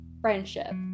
friendship